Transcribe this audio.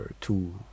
two